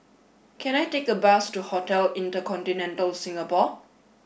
can I take a bus to Hotel Inter Continental Singapore